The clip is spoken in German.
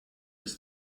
bis